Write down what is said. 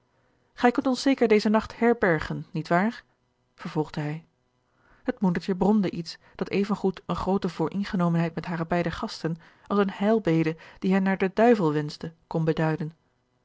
gij kunt ons zeker dezen nacht herbergen niet waar vervolgde hij het moedertje bromde iets dat even goed eene groote vooringenomenheid met hare beide gasten als eene heilbede die hen naar den duivel wenschte kon beduiden